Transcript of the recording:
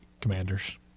Commanders